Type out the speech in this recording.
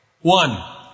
One